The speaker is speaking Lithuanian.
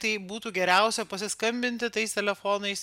tai būtų geriausia pasiskambinti tais telefonais